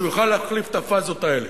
שהוא יוכל להחליף את הפאזות האלה,